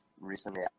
recently